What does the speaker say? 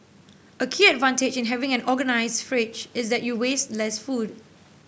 a key advantage in having an organised fridge is that you waste less food